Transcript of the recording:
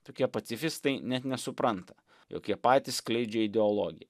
tokie pacifistai net nesupranta jog jie patys skleidžia ideologiją